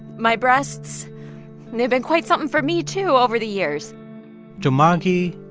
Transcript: my breasts they've been quite something for me, too, over the years to margy,